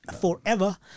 forever